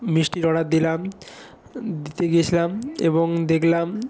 মিষ্টির অর্ডার দিলাম দিতে গিয়েছিলাম এবং দেখলাম